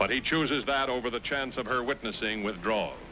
he chooses that over the chance of her witnessing withdraw